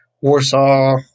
Warsaw